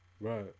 Right